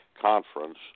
Conference